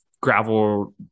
gravel